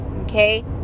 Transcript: okay